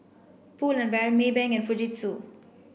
Pull and Bear Maybank and Fujitsu